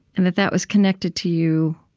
and that that was connected to you